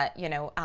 ah you know,